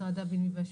משרד הבינוי והשיכון,